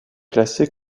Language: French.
classée